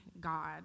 God